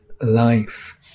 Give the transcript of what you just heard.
life